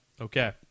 Okay